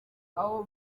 aho